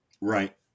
Right